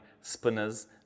spinners